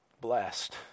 blessed